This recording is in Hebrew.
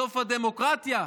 סוף הדמוקרטיה.